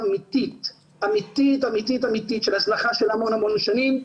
אמיתית של הזנחה של המון שנים.